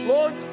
Lord